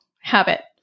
habit